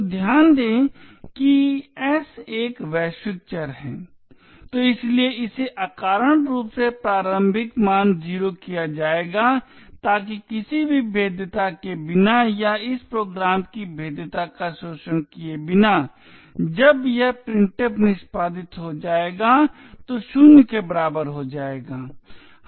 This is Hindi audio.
तो ध्यान दें कि s एक वैश्विक चर है तो इसलिए इसे अकारण रूप से प्रारंभिक मान 0 किया जाएगा ताकि किसी भी भेद्यता के बिना या इस प्रोग्राम की भेद्यता का शोषण किए बिना जब यह printf निष्पादित हो जाएगा तो 0 के बराबर हो जाएगा